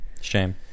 Shame